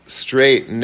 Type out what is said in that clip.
straight